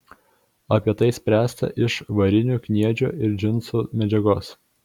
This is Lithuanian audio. apie tai spręsta iš varinių kniedžių ir džinsų medžiagos